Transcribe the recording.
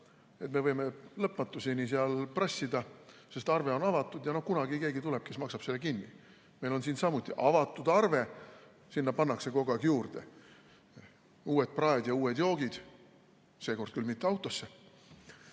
Me võime lõpmatuseni prassida, sest arve on avatud ja kunagi keegi tuleb, kes maksab selle kinni. Meil on siin samuti avatud arve, sinna pannakse kogu aeg juurde uued praed ja uued joogid – seekord küll mitte autosse.